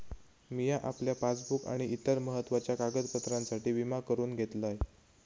मिया आपल्या पासबुक आणि इतर महत्त्वाच्या कागदपत्रांसाठी विमा करून घेतलंय